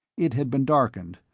it had been darkened,